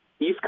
East